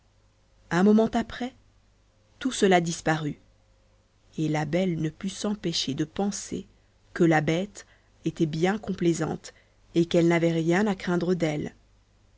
un moment après tout cela disparut et la belle ne put s'empêcher de penser que la bête était bien complaisante qu'elle n'avait rien à craindre d'elle